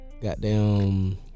goddamn